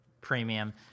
premium